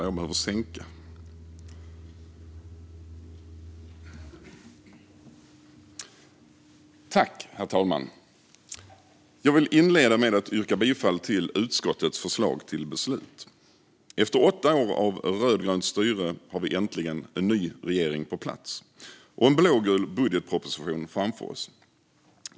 Herr talman! Jag vill inleda med att yrka bifall till utskottets förslag till beslut. Efter åtta år av rödgrönt styre har vi äntligen en ny regering på plats och en blågul budgetproposition framför oss.